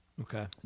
Okay